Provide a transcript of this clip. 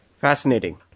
Fascinating